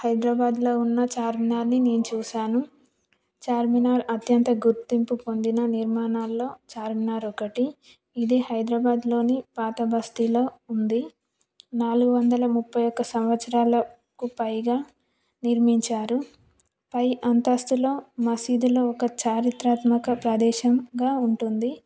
హైదరాబాదులో ఉన్న ఛార్మినార్ని నేను చూశాను ఛార్మినార్ అత్యంత గుర్తింపు పొందిన నిర్మాణాలలో ఛార్మినార్ ఒకటి ఇది హైదరాబాద్లో పాతబస్తీలో ఉంది నాలుగు వందల ముప్పై ఒక సంవత్సరాలకు పైగా నిర్మించారు పై అంతస్తులో మసీదులో ఒక చారిత్రాత్మక ప్రదేశంగా ఉంటుంది